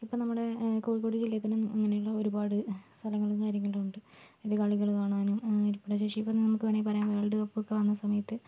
ഇപ്പോൾ നമ്മുടെ കോഴിക്കോട് ജില്ലയിൽത്തന്നെ ഇങ്ങനെയുള്ള ഒരുപാട് സ്ഥലങ്ങളും കാര്യങ്ങളും ഉണ്ട് ആതിൽ കളികൾ കാണാനും ഇരിപ്പിട ശേഷി ഇപ്പോൾ നമുക്ക് വേണമെങ്കിൽ പറയാം വേൾഡ് കപ്പ് ഒക്കെ വന്ന സമയത്ത്